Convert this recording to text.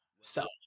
self